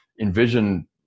envision